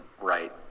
right